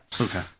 Okay